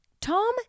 Tom